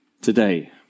today